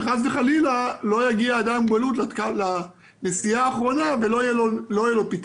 שחס וחלילה לא יגיע אדם עם מוגבלות לנסיעה האחרונה ולא יהיה לו פתרון.